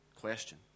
question